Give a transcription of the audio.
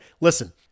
listen